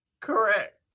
Correct